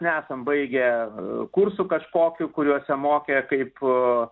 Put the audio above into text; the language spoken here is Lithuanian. nesam baigę kursų kažkokių kuriuose mokė kaip